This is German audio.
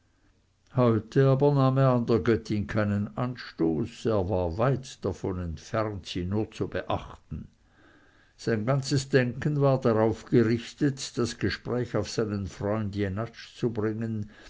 an der göttin keinen anstoß er war weit davon entfernt sie nur zu beachten sein ganzes denken war darauf gerichtet das gespräch auf seinen freund jenatsch zu bringen